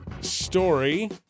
Story